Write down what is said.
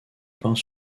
peint